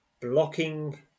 blocking